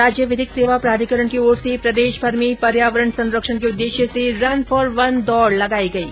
राज्य विधिक सेवा प्राधिकरण की ओर से प्रदेशभर में पर्यावरण संरक्षण के उद्देश्य से रन फोर वन दौड़ लगायी गयी